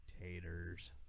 Taters